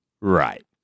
Right